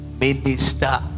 minister